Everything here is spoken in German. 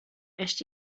echt